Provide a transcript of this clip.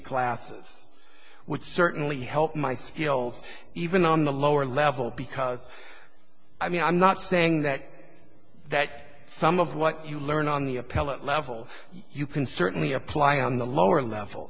classes would certainly help my skills even on the lower level because i mean i'm not saying that that some of what you learn on the appellate level you can certainly apply on the lower level